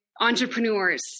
entrepreneurs